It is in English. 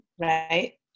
right